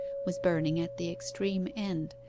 was burning at the extreme end,